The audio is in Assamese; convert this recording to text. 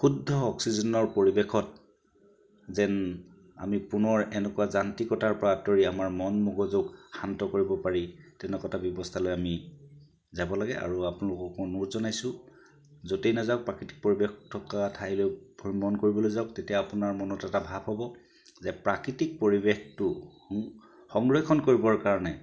শুদ্ধ অক্সিজেনৰ পৰিৱেশত যেন আমি পুনৰ এনেকুৱা যান্ত্ৰিকতাৰ পৰা আঁতৰি আমাৰ মন মগজুক শান্ত কৰিব পাৰি তেনেকুৱা এটা ব্যৱস্থালৈ আমি যাব লাগে আৰু আপোনালোককো অনুৰোধ জনাইছোঁ য'তেই নাযাওক প্ৰাকৃতিক পৰিৱেশ থকা ঠাইলৈ ভ্ৰমণ কৰিবলৈ যাওক তেতিয়া আপোনাৰ মনত এটা ভাৱ হ'ব যে প্ৰাকৃতিক পৰিৱেশটো সং সংৰক্ষণ কৰিবৰ কাৰণে